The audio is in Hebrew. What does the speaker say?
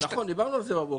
נכון, דיברנו על זה בבוקר.